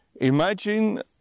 Imagine